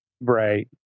Right